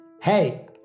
Hey